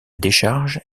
décharge